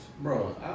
Bro